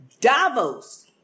Davos